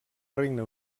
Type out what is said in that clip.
regne